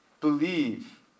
believe